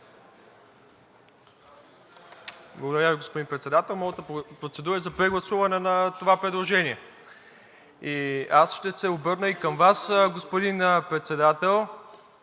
Благодаря Ви, господин Председател. Моята процедура е за прегласуване на това предложение. Ще се обърна и към Вас, господин Председател,